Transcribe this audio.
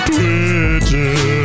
Twitter